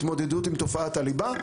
התמודדות עם תופעת הליבה,